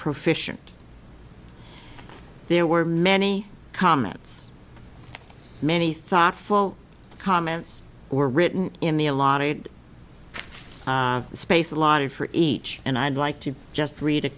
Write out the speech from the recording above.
proficient there were many comments many thoughtful comments were written in the allotted space allotted for each and i'd like to just read